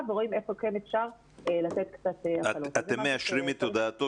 ורואים איפה כן אפשר לתת קצת --- אתם מאשרים את הודעתו